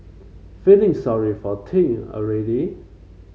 feeling sorry for Ting already